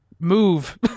move